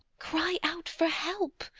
cry out for help!